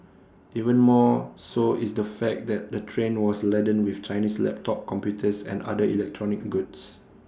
even more so is the fact that the train was laden with Chinese laptop computers and other electronic goods